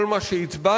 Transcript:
כל מה שהצבענו,